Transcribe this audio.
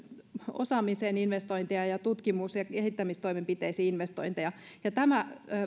osaamiseen ja tutkimus ja kehittämistoimenpiteisiin tämä